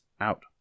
out